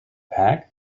pack